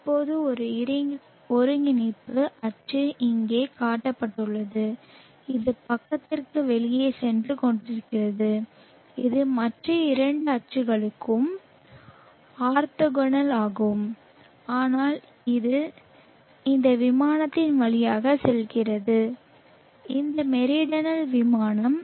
இப்போது ஒரு ஒருங்கிணைப்பு அச்சு இங்கே காட்டப்பட்டுள்ளது இது பக்கத்திற்கு வெளியே சென்று கொண்டிருக்கிறது இது மற்ற இரண்டு அச்சுகளுக்கும் ஆர்த்தோகனல் ஆகும் ஆனால் அது இந்த விமானத்தின் வழியாக செல்கிறது இந்த மெரிடனல் விமானம்